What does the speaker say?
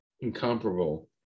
incomparable